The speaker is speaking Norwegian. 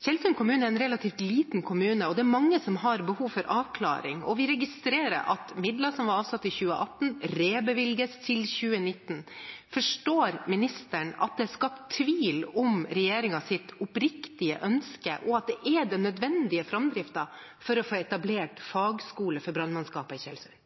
Tjeldsund kommune er en relativt liten kommune, og det er mange som har behov for avklaring. Vi registrerer at midler som var avsatt i 2018, rebevilges til 2019. Forstår ministeren at det er skapt tvil om regjeringens oppriktige ønske, og om det er den nødvendige framdriften for å få etablert fagskole for brannmannskaper i